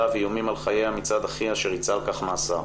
ואיומים על חייה מצד אחיה שריצה על כך מאסר.